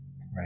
right